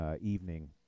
Evening